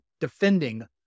defending